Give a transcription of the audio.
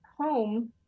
home